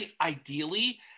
ideally